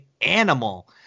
animal